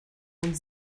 und